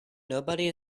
nobody